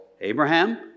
Abraham